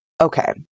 Okay